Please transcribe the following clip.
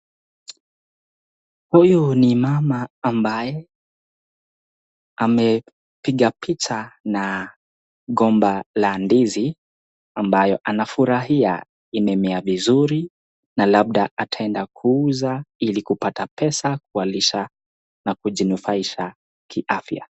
Huyu ni mama ambaye amepiga picha na gomba la ndizi ambayo anafurahia imemea vizuri na labda ataenda kuuza ili kupata pesa kuwalisha na kujinufaisha kiafya.